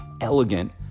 elegant